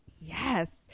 yes